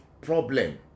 problem